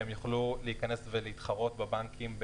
שהם יוכלו להיכנס ולהתחרות בבנקים,